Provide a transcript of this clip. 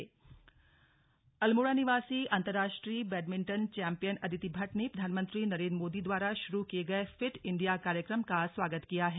अदीति भट्ट अल्मोड़ा निवासी अंतरराष्ट्रीय badminton champion Aditi Bhatt ने प्रधानमंत्री नरेंद्र मोदी द्वारा शुरू किये गए फिट इंडिया कार्यक्रम का स्वागत किया है